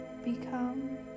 Become